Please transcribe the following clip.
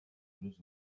jeux